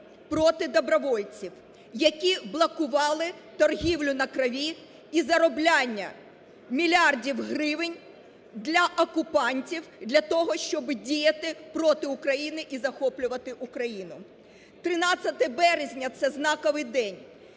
проти добровольців, які блокували торгівлю на крові і заробляння мільярдів гривень для окупантів для того, щоб діяти проти України і захоплювати Україну. 13 березня – це знаковий день,